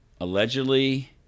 allegedly